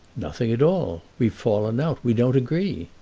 nothing at all. we've fallen out we don't agree.